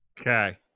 Okay